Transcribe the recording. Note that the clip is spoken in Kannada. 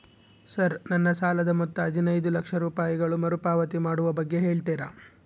ಸರ್ ನನ್ನ ಸಾಲದ ಮೊತ್ತ ಹದಿನೈದು ಲಕ್ಷ ರೂಪಾಯಿಗಳು ಮರುಪಾವತಿ ಮಾಡುವ ಬಗ್ಗೆ ಹೇಳ್ತೇರಾ?